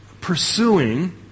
pursuing